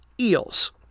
eels